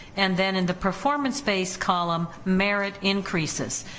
and then in the performance based column, merit increases.